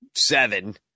seven